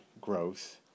growth